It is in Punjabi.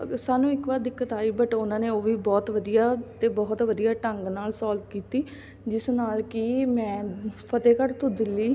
ਅਤੇ ਸਾਨੂੰ ਇੱਕ ਵਾਰ ਦਿੱਕਤ ਆਈ ਬਟ ਉਹਨਾਂ ਨੇ ਉਹ ਵੀ ਬਹੁਤ ਵਧੀਆ ਅਤੇ ਬਹੁਤ ਵਧੀਆ ਢੰਗ ਨਾਲ ਸੋਲਵ ਕੀਤੀ ਜਿਸ ਨਾਲ ਕਿ ਮੈਂ ਫਤਿਹਗੜ੍ਹ ਤੋਂ ਦਿੱਲੀ